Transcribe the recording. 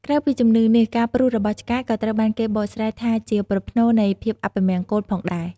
ក្រៅពីជំនឿនេះ ការព្រុសរបស់ឆ្កែក៏ត្រូវបានគេបកស្រាយថាជាប្រផ្នូលនៃភាពអពមង្គលផងដែរ។